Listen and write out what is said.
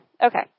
Okay